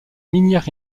minières